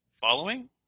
Following